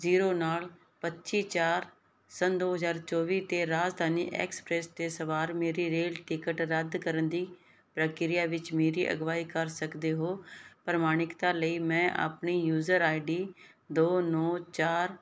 zero ਨਾਲ ਪੱਚੀ ਚਾਰ ਸੰਨ ਦੋ ਹਜ਼ਾਰ ਚੌਬੀ 'ਤੇ ਰਾਜਧਾਨੀ ਐਕਸਪ੍ਰੈਸ 'ਤੇ ਸਵਾਰ ਮੇਰੀ ਰੇਲ ਟਿਕਟ ਰੱਦ ਕਰਨ ਦੀ ਪ੍ਰਕਿਰਿਆ ਵਿੱਚ ਮੇਰੀ ਅਗਵਾਈ ਕਰ ਸਕਦੇ ਹੋ ਪ੍ਰਮਾਣਿਕਤਾ ਲਈ ਮੈਂ ਆਪਣੀ ਯੂਜਰ ਆਈਡੀ ਦੋ ਨੌਂ ਚਾਰ